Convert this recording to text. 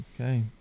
Okay